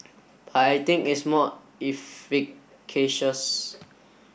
but I think it's more efficacious